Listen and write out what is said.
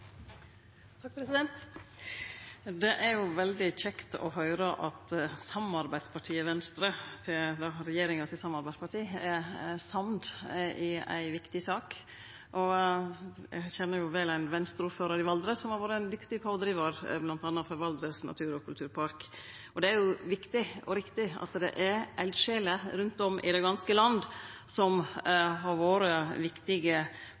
i ei viktig sak. Eg kjenner vel ein Venstre-ordførar i Valdres som har vore ein dyktig pådrivar bl.a. for Valdres natur- og kulturpark. Det er riktig at det er eldsjeler rundt om i det ganske land som